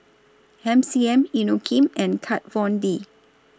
M C M Inokim and Kat Von D